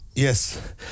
Yes